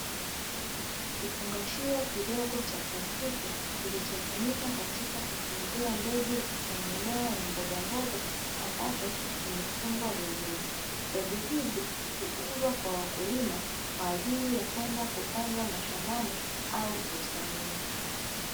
Kifungashio kidogo cha plastiki, kilichotumika katika kutunzia mbegu ya mimea ya mbogamboga, ambacho kimefungwa vizuri. Mbegu hizi huuzwa kwa wakulima kwa ajili ya kwenda kupandwa mashambani au bustanini.